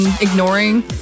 ignoring